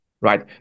right